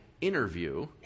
interview